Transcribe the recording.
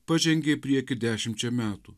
pažengė į priekį dešimčia metų